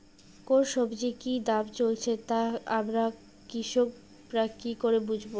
কোন সব্জির কি দাম চলছে তা আমরা কৃষক রা কি করে বুঝবো?